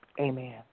Amen